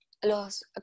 los